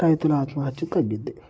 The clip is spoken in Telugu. రైతుల ఆత్మహత్య తగ్గుతుంది